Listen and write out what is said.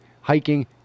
hiking